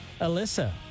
Alyssa